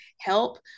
help